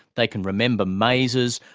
they can remember mazes.